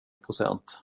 procent